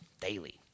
daily